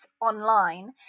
online